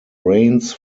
reins